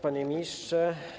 Panie Ministrze!